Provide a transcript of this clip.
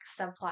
subplot